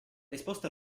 risposta